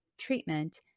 treatment